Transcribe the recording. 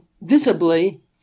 visibly